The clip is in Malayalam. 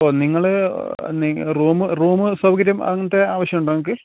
ഓ നിങ്ങൾ റൂം റൂം സൗകര്യം അങ്ങനത്തെ ആവശ്യമുണ്ടോ നിങ്ങൾക്ക്